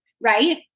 right